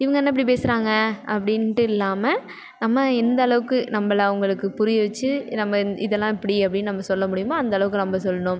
இவங்க என்ன இப்படி பேசுகிறாங்க அப்படின்ட்டு இல்லாமல் நம்ம எந்த அளவுக்கு நம்மள அவங்களுக்கு புரிய வச்சு நம்ம இதெல்லாம் இப்படி அப்படின்னு நம்ம சொல்லமுடியுமோ அந்த அளவுக்கு நம்ம சொல்லணும்